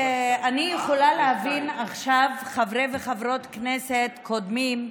אני יכולה להבין עכשיו חברי וחברות כנסת קודמים,